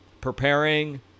preparing